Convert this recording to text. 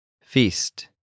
Feast